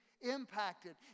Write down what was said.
impacted